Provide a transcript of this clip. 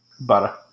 Butter